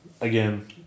again